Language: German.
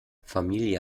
familie